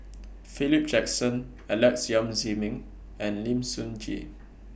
Philip Jackson Alex Yam Ziming and Lim Sun Gee